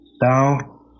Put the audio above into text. Thou